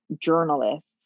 journalists